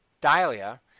Dahlia